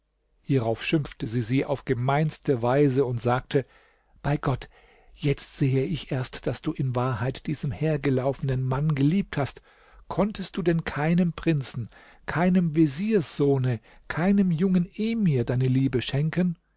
hierauf schimpfte sie sie auf die gemeinste weise und sagte bei gott jetzt sehe ich erst daß du in wahrheit diesen hergelaufenen mann geliebt hast konntest du denn keinem prinzen keinem vezierssohne keinem jungen emir deine liebe schenken